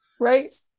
Right